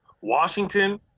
Washington